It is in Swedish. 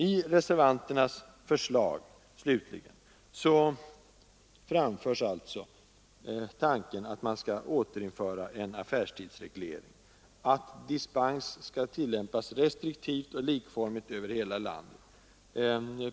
I reservanternas förslag, slutligen, framförs alltså tanken att man skall återinföra en affärstidsreglering och att dispens skall tillämpas restriktivt och likformigt.